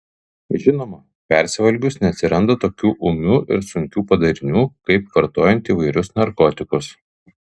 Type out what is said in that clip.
žinoma persivalgius neatsiranda tokių ūmių ir sunkių padarinių kaip vartojant įvairius narkotikus